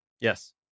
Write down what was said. Yes